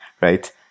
right